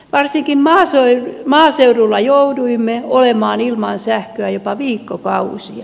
varsinkin maaseudulla jouduimme olemaan ilman sähköä jopa viikkokausia